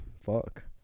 fuck